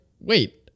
Wait